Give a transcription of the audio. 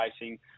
racing